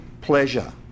pleasure